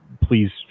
please